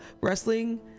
wrestling